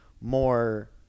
more